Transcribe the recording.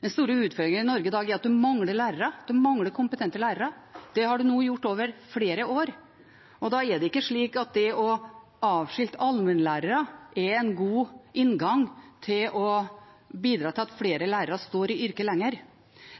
Den store utfordringen i Norge i dag er at det mangler lærere, det mangler kompetente lærere, og det har det gjort over flere år. Da er det ikke slik at det å avskilte allmennlærere er en god inngang til å bidra til at flere lærere står i yrket lenger.